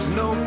no